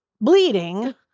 bleeding